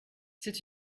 c’est